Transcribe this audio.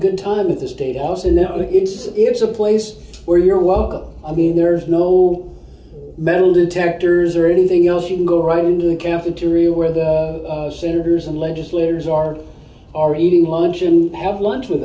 good time at the state office and that look it's it's a place where you're welcome i mean there's no metal detectors or anything else you can go right into the cafeteria where the senators and legislators are are eating lunch and have lunch with